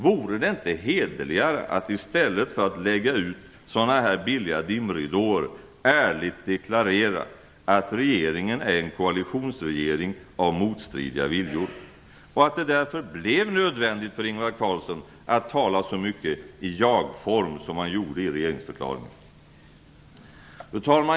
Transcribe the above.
Vore det inte hederligare att, i stället för att lägga ut billiga dimridåer, ärligt deklarera att regeringen är en koalitionsregering av motstridiga viljor, och att det därför blev nödvändigt för Ingvar Carlsson att tala så mycket i jagform som han gjorde i regeringsförklaringen? Fru talman!